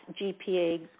GPA